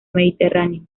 mediterráneo